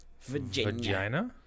Virginia